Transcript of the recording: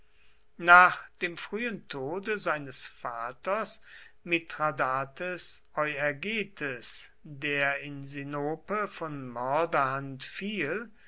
nach dem frühen tode seines vaters mithradates euergetes der in sinope von mörderhand fiel